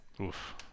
Oof